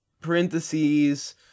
Parentheses